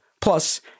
Plus